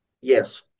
yes